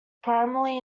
primarily